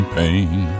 pain